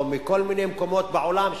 או מכל מיני מקומות בעולם,